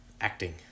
acting